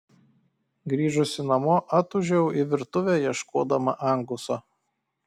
grįžusi namo atūžiau į virtuvę ieškodama anguso